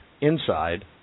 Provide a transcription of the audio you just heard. inside